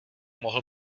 mohl